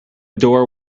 door